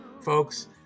Folks